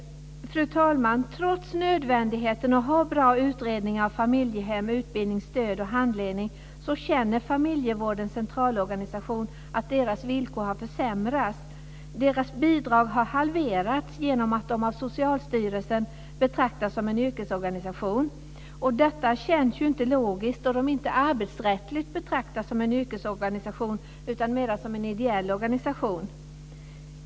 Fru talman! Trots nödvändigheten att ha bra utredningar av familjehem, utbildningsstöd och handledning känner Familjevårdens Centralorganisation att deras villkor har försämrats. Deras bidrag har halverats genom att de av Socialstyrelsen betraktas som en yrkesorganisation. Detta känns inte logiskt om de inte arbetsrättsligt betraktas som en yrkesorganisation utan mer som en ideell organisation.